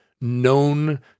known